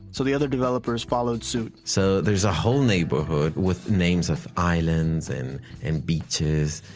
so, the other developers followed suit so, there's a whole neighborhood with names of islands and and beaches.